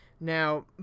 now